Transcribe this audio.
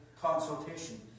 consultation